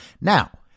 Now